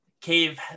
cave